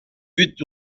huit